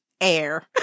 Air